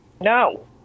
No